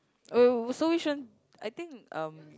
oh so which one I think um